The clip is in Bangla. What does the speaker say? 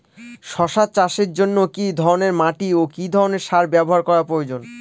শশা চাষের জন্য কি ধরণের মাটি ও কি ধরণের সার ব্যাবহার করা প্রয়োজন?